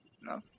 No